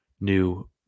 new